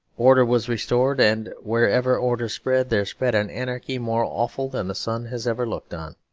order was restored and wherever order spread, there spread an anarchy more awful than the sun has ever looked on.